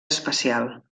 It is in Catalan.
especial